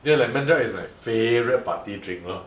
dude lemon drop is like favourite party drink lor